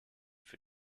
für